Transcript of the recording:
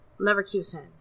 Leverkusen